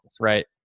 right